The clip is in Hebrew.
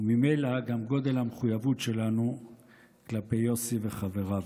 וממילא גם גודל המחויבות שלנו כלפי יוסי וחבריו.